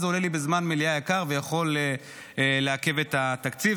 אז זה עולה לי בזמן מליאה יקר ויכול לעכב את התקציב.